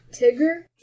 tigger